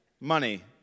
Money